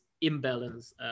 imbalance